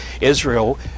Israel